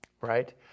right